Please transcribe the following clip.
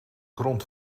grond